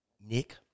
Nick